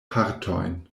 partojn